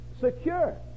secure